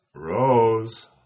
Rose